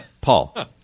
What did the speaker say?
Paul